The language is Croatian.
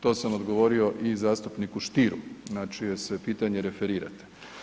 To sam odgovorio i zastupniku Stieru na čije se pitanje referirate.